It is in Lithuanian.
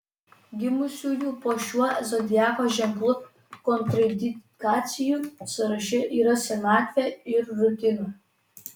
gimusiųjų po šiuo zodiako ženklu kontraindikacijų sąraše yra senatvė ir rutina